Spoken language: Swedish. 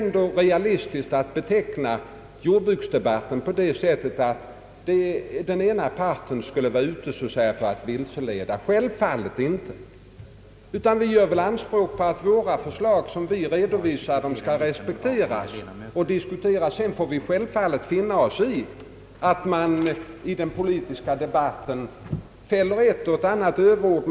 Är det realistiskt att beteckna jordbruksdebatten på det sättet att den ena parten skulle vara ute för att vilseleda? Självfallet är det inte så, utan vi gör anspråk på att de förslag som vi redovisar skall respekteras och diskuteras. Sedan får vi självfallet finna oss i att man i den politiska debatten fäller ett och annat överord.